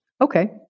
Okay